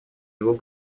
двух